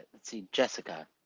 let's see. jessica.